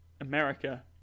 America